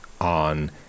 on